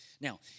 Now